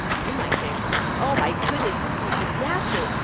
you might think oh, my goodness. this is a disaster!